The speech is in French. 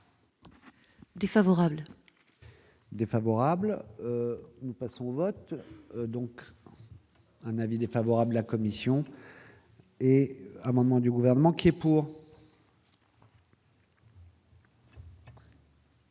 Défavorable, défavorable, nous passons au vote donc. Un avis défavorable à la commission et amendement du gouvernement qui est pour.